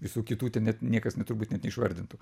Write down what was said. visų kitų ten net niekas net turbūt net neišvardintų